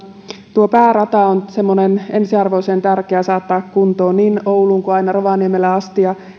tuo päärata on ensiarvoisen tärkeä saattaa kuntoon niin ouluun kuin aina rovaniemelle asti niin